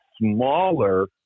smaller